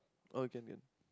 oh can can